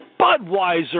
Budweiser